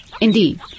Indeed